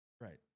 right